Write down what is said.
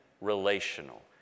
relational